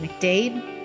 McDade